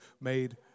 made